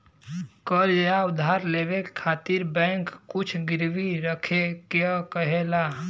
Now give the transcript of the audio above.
कर्ज़ या उधार लेवे खातिर बैंक कुछ गिरवी रखे क कहेला